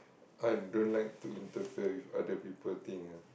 I don't like to interfere with other people thing ah